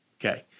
okay